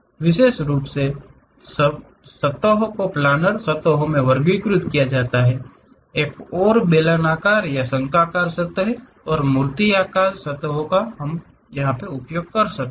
विशेष रूप से सतहों को प्लानर सतहों में वर्गीकृत किया जाता है एक और बेलनाकार या शंक्वाकार सतहों और मूर्तिकला सतहों को हम कहते हैं